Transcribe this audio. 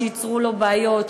שייצרו לו בעיות,